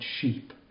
sheep